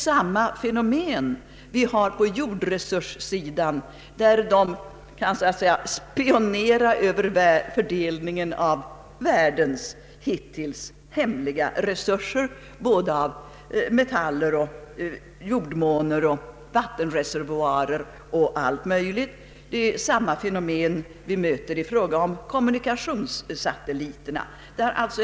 Samma fenomen har vi i fråga om jordresurssatelliterna, eftersom de som är rymdmakter kan ”spionera” över fördelningen av världeas hittills hemliga resurser, både när det gäller metaller, jordmåner, vattenreservoarer m.m. Vi möter återigen samma fenomen i fråga om kommunikationssatelliterna.